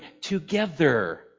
together